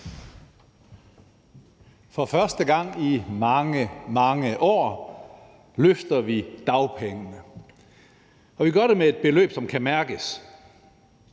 For første gang i mange, mange år løfter vi dagpengene, og vi gør det med et beløb, som kan mærkes.